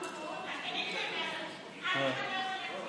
אם אתם יכולים פשוט